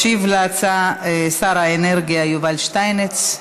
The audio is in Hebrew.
ישיב על ההצעה שר האנרגיה יובל שטייניץ.